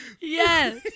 Yes